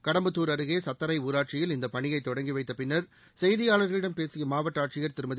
கடம்பத்தூர் அருகே சத்தரை ஊராட்சியில் இந்த பணியை தொடங்கி வைத்த பின்னர் செய்தியாளா்களிடம் பேசிய மாவட்ட ஆட்சியா் திருமதி